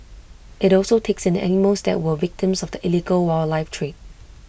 IT also takes in animals that were victims of the illegal wildlife trade